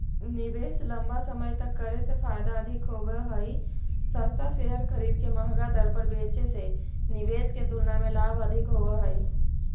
निवेश लंबा समय तक करे से फायदा अधिक होव हई, सस्ता शेयर खरीद के महंगा दर पर बेचे से निवेश के तुलना में लाभ अधिक होव हई